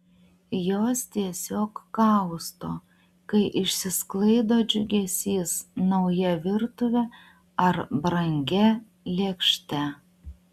jos tiesiog kausto kai išsisklaido džiugesys nauja virtuve ar brangia lėkšte